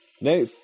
No